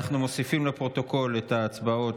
ואנחנו מוסיפים לפרוטוקול את ההצבעות